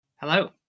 hello